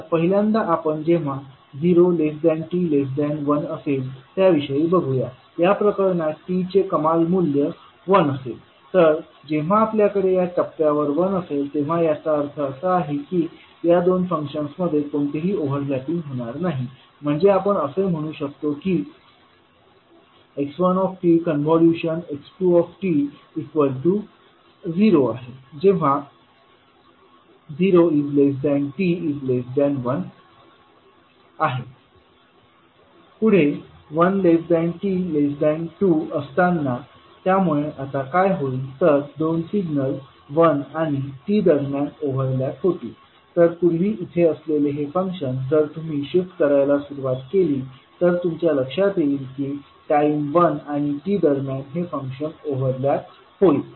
तर पहिल्यांदा आपण जेव्हा 0t1असेल त्या विषयीबघूया या प्रकरणात t चे कमाल मूल्य 1 असेल तर जेव्हा आपल्याकडे या टप्प्यावर 1 असेल तेव्हा याचा अर्थ असा आहे की या दोन फंक्शन्समध्ये कोणतेही ओव्हरलॅपिंग होणार नाही म्हणजे आपण असे म्हणू शकतो की x1tx2t 0 0 t 1 पुढे 1t2 असताना त्यामुळेआता काय होईल तर दोन सिग्नल 1 आणि t दरम्यान ओव्हरलॅप होतील तर पूर्वी इथे असलेले हे फंक्शन जर तुम्ही शिफ्ट करायला सुरुवात केली तर तुमच्या लक्षात येईल की टाईम 1 आणि t दरम्यान हे फंक्शन ओव्हरलॅप होईल